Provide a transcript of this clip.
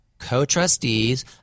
co-trustees